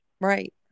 Right